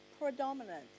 predominant